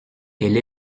elle